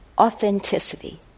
authenticity